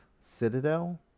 Citadel